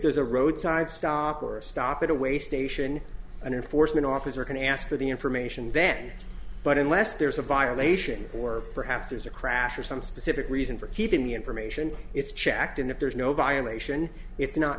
there's a roadside stop or a stop in a way station and enforcement officer can ask for the information then but unless there's a violation or perhaps there's a crash or some specific reason for keeping the information it's checked and if there's no violation it's not